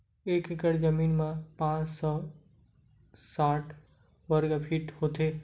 एक एकड़ जमीन मा पांच सौ साठ वर्ग फीट होथे